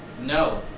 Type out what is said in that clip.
No